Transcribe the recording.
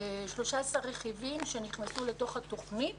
13 רכיבים שנכנסו לתוך התוכנית